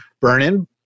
Burn-In